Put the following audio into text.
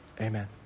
amen